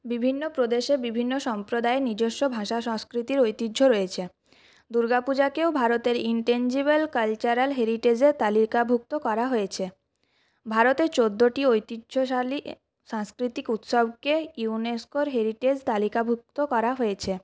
বিভিন্ন প্রদেশে বিভিন্ন সম্প্রদায় নিজস্ব ভাষা সংস্কৃতির ঐতিহ্য রয়েছে দুর্গাপুজোকেও ভারতের ইন্টেনজিবেল কালচারাল হেরিটেজের তালিকাভুক্ত করা হয়েছে ভারতে চোদ্দোটি ঐতিহ্যশালী সাংস্কৃতিক উৎসবকে ইউনেস্কোর হেরিটেজ তালিকাভুক্ত করা হয়েছে